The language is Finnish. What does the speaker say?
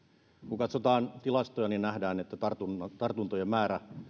kun katsotaan tilastoja niin nähdään että tartuntojen määrä